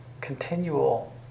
continual